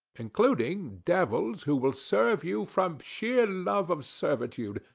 including devils who will serve you from sheer love of servitude,